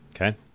Okay